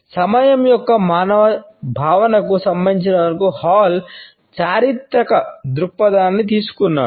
సమయం యొక్క మానవ భావనకు సంబంధించినంతవరకు హాల్ చారిత్రక దృక్పథాన్ని తీసుకున్నాడు